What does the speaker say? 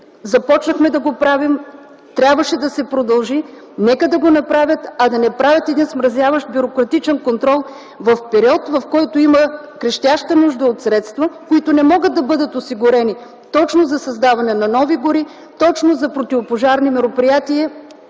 Започнахме да го правим, трябваше да се продължи, нека да го направят, а да не правят един смразяващ бюрократичен контрол в период, в който има крещяща нужда от средства, които не могат да бъдат осигурени точно за създаване на нови гори, точно за противопожарни мероприятия.